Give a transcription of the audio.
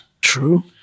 True